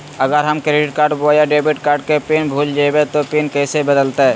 अगर हम क्रेडिट बोया डेबिट कॉर्ड के पिन भूल जइबे तो पिन कैसे बदलते?